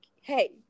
hey